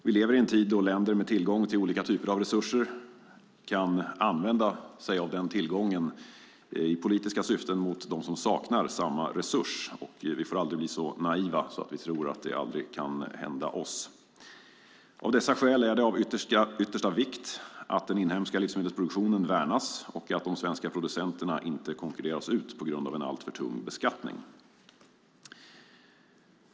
Vi lever i en tid då länder med tillgång till olika typer av resurser kan använda sig av denna tillgång i politiska syften mot dem som saknar samma resurs. Vi får aldrig bli så naiva att vi tror att det aldrig kan hända oss. Av dessa skäl är det av yttersta vikt att den inhemska livsmedelsproduktionen värnas och att de svenska producenterna inte konkurreras ut på grund av en alltför tung beskattning.